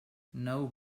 now